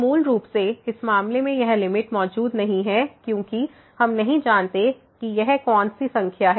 तो मूल रूप से इस मामले में यह लिमिट मौजूद नहीं है क्योंकि हम नहीं जानते कि यह कौन सी संख्या है